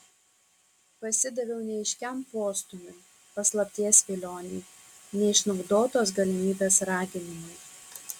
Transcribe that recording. pasidaviau neaiškiam postūmiui paslapties vilionei neišnaudotos galimybės raginimui